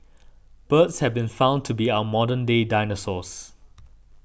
birds have been found to be our modern day dinosaurs